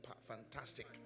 fantastic